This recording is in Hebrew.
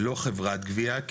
לא חברת גבייה.